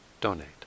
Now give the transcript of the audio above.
donate